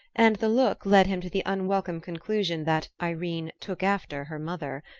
and the look led him to the unwelcome conclusion that irene took after her mother.